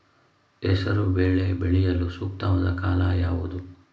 ಹೆಸರು ಬೇಳೆ ಬೆಳೆಯಲು ಸೂಕ್ತವಾದ ಕಾಲ ಯಾವುದು?